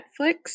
Netflix